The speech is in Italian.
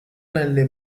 nelle